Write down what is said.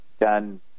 done